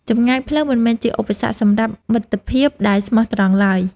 ចម្ងាយផ្លូវមិនមែនជាឧបសគ្គសម្រាប់មិត្តភាពដែលស្មោះត្រង់ឡើយ។